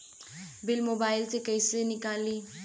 Bill mobile से कईसे निकाली?